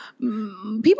people